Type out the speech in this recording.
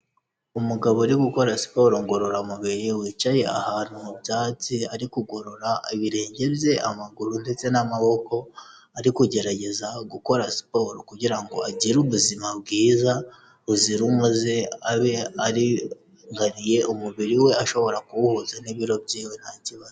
Umugabo uri gukora siporo ngororamubiri, wicaye ahantu mu byatsi, ari kugorora ibirenge bye, amaguru ndetse n'amaboko, ari kugerageza gukora siporo kugira ngo agire ubuzima bwiza buzira umuze, abe aringaniye umubiri we ashobora kuwuhuza n'ibiro by'iwe nta kibazo.